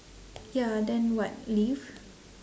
ya then what leave